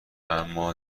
اما